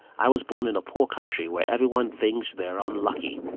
i was born in a poor country where everyone thinks they are unlucky.